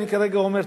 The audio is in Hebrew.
אני כרגע אומר תרופה,